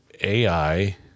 AI